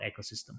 ecosystem